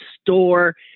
store